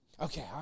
Okay